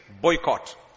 boycott